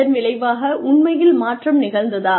இதன் விளைவாக உண்மையில் மாற்றம் நிகழ்ந்ததா